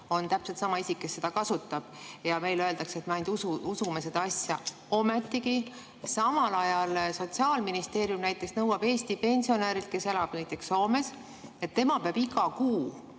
on täpselt sama isik, kes seda kasutab. Meile öeldakse, et me ainult usume seda asja. Ometigi samal ajal Sotsiaalministeerium nõuab Eesti pensionärilt, kes elab näiteks Soomes, et tema peab iga kuu